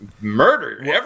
murder